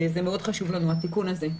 חשוב לנו מאוד התיקון הזה: